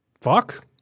Fuck